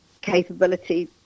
capability